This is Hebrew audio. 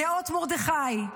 נאות מרדכי,